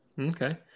Okay